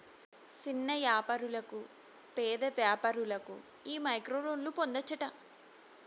సిన్న యాపారులకు, పేద వ్యాపారులకు ఈ మైక్రోలోన్లు పొందచ్చట